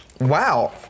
Wow